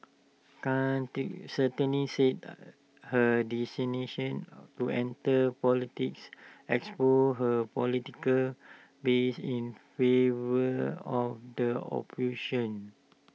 critics certainty said that her destination to enter politics exposed her political bias in favour of the operation